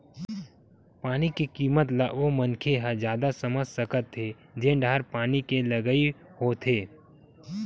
पानी के किम्मत ल ओ मनखे ह जादा समझ सकत हे जेन डाहर पानी के तगई होवथे